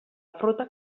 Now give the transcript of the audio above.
frutak